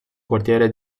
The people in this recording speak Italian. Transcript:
quartiere